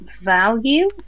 value